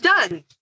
done